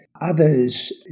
Others